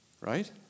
Right